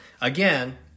again